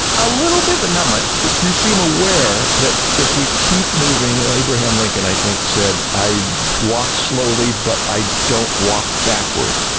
a little bit but not much. marshall but you seem aware that if we keep moving and abraham lincoln i think said, i walk slowly but i don't walk backward.